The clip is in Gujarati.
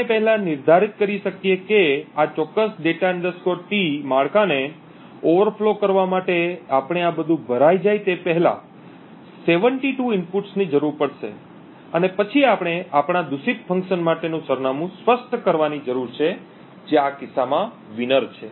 આપણે પહેલા નિર્ધારિત કરી શકીએ કે આ ચોક્કસ data T માળખાને ઓવરફ્લો કરવા માટે આપણે આ બધું ભરાઈ જાય તે પહેલાં 72 ઇનપુટ્સની જરૂર પડશે અને પછી આપણે આપણા દૂષિત ફંકશન માટેનું સરનામું સ્પષ્ટ કરવાની જરૂર છે જે આ કિસ્સામાં વિનર છે